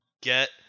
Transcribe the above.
Get